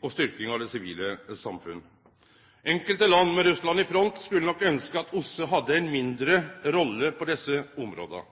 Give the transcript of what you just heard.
og styrking av det sivile samfunnet. Enkelte land, med Russland i front, skulle nok ønskje at OSSE hadde ei mindre rolle på desse områda.